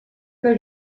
que